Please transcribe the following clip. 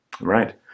right